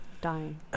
dying